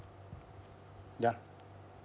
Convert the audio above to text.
ya